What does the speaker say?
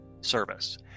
service